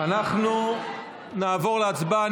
אנחנו נעבור להצבעה.